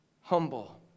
Humble